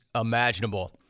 imaginable